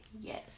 Yes